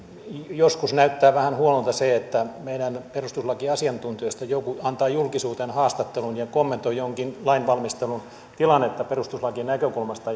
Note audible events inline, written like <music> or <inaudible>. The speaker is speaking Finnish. joskus näyttää vähän huonolta se että meidän perustuslakiasiantuntijoista joku antaa julkisuuteen haastattelun ja kommentoi jonkin lain valmistelun tilannetta perustuslainkin näkökulmasta <unintelligible>